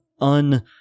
un-